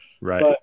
right